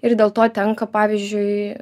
ir dėl to tenka pavyzdžiui